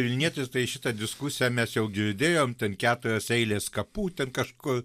vilnietis tai šitą diskusiją mes jau girdėjom ten keturios eilės kapų ten kažkur